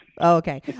Okay